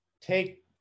take